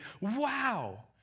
wow